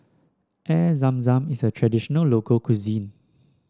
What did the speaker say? Air Zam Zam is a traditional local cuisine